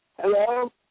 Hello